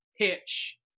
pitch